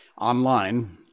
online